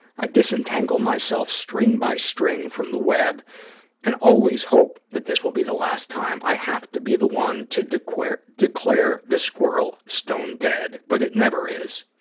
i disentangle myself string by string from the web and always hope that this will be the last time i have to be the one to declare declare the squirrel stone dead, but it never is.